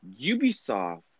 Ubisoft